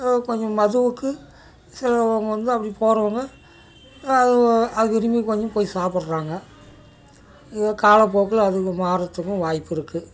கொஞ்சம் மதுவுக்கு செல்லறவங்க வந்து அப்படி போறவங்க அது விரும்பி கொஞ்சம் போய் சாப்பிட்றாங்க இது காலப்போக்கில் அது மாறுறதுக்கும் வாய்ப்பிருக்கு